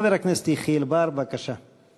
חבר הכנסת יחיאל בר, בבקשה.